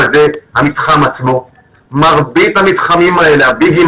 כמו: מתחמי ביג,